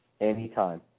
Anytime